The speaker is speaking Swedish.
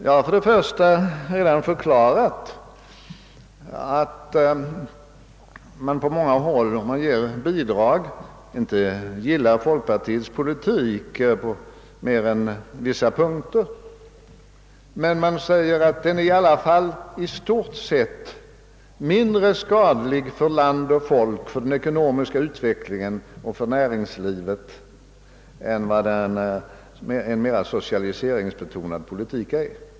Jag har redan förklarat att många, även en del som ger bidrag, inte gillar folkpartiets politik på mer än vissa punkter. Man säger att den i alla fall i stort sett är bättre eller mindre skadlig för land och folk, för den ekonomiska utvecklingen och för näringslivet än en mera socialiseringsbetonad politik.